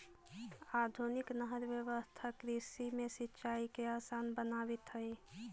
आधुनिक नहर व्यवस्था कृषि में सिंचाई के आसान बनावित हइ